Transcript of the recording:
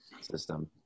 system